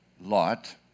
Lot